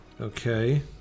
Okay